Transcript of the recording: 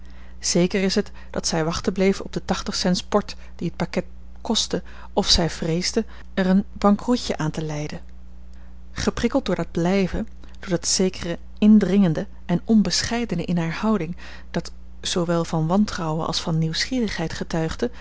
zeker is het dat zij wachten bleef op de tachtig cents port die het pakket kostte of zij vreesde er een bankroetje aan te lijden geprikkeld door dat blijven door dat zekere indringende en onbescheidene in hare houding dat zoowel van wantrouwen als van nieuwsgierigheid getuigde